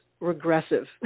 regressive